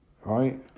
right